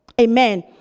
Amen